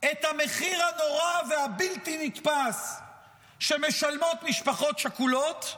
את המחיר הנורא והבלתי-נתפס שמשלמות משפחות שכולות.